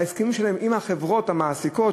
בהסכמים שלהן עם החברות המעסיקות,